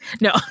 No